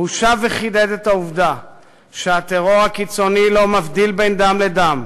והוא שב וחידד את העובדה שהטרור הקיצוני לא מבדיל בין דם לדם,